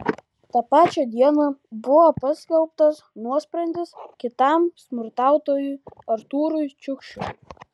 tą pačią dieną buvo paskelbtas nuosprendis kitam smurtautojui artūrui čiukšiui